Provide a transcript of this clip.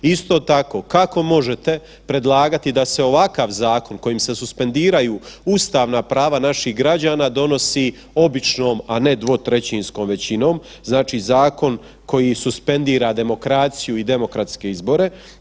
Isto tako kako možete predlagati da se ovakav zakon kojim se suspendiraju ustavna prava naših građana donosi običnom, a ne dvotrećinskom većinom zakon koji suspendira demokraciju i demokratske izbore?